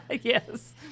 Yes